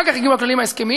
אחר כך הגיעו הכללים ההסכמיים,